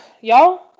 y'all